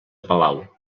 palau